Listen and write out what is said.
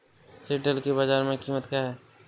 सिल्ड्राल की बाजार में कीमत क्या है?